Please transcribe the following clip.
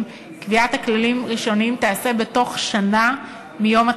קביעת כללים ראשונים תיעשה בתוך שנה מיום התחילה.